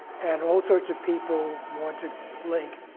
and all sorts of people want to link,